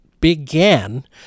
began